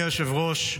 אדוני היושב-ראש,